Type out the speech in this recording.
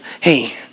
hey